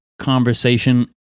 conversation